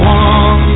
one